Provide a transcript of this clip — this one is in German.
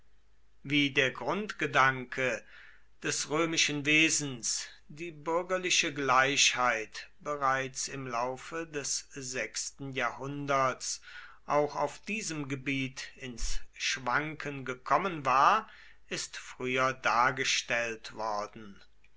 wie der grundgedanke des römischen wesens die bürgerliche gleichheit bereits im laufe des sechsten jahrhunderts auch auf diesem gebiet ins schwanken gekommen war ist früher dargestellt worden